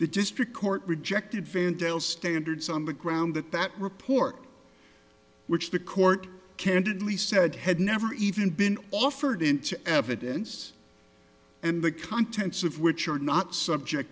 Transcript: the district court rejected fantail standards on the ground that that report which the court candidly said had never even been offered into evidence and the contents of which are not subject